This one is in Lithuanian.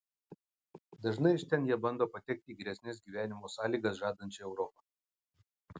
dažnai iš ten jie bando patekti į geresnes gyvenimo sąlygas žadančią europą